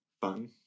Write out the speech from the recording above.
fun